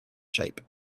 shape